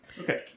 Okay